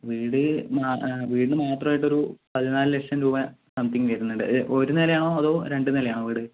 വീട് വീട് മാത്രമായിട്ടൊരു പതിനാല് ലക്ഷം രൂപ സംതിങ് വരുന്നുണ്ട് ഇത് ഒരു നിലയാണോ അതോ രണ്ടു നിലയാണോ വീട്